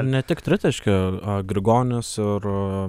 ne tik tritaškių a grigonis ir